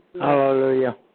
Hallelujah